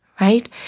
right